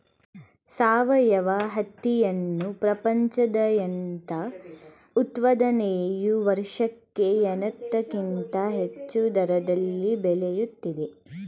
ಸಾವಯವ ಹತ್ತಿಯನ್ನು ಪ್ರಪಂಚದಾದ್ಯಂತ ಉತ್ಪಾದನೆಯು ವರ್ಷಕ್ಕೆ ಐವತ್ತಕ್ಕಿಂತ ಹೆಚ್ಚು ದರದಲ್ಲಿ ಬೆಳೆಯುತ್ತಿದೆ